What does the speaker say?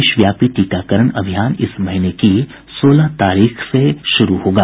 देशव्यापी टीकाकरण अभियान इस महीने की सोलह तारीख से शुरू होगा